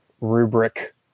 rubric